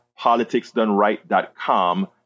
politicsdoneright.com